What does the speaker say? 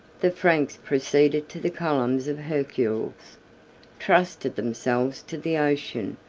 the franks proceeded to the columns of hercules, trusted themselves to the ocean,